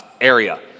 area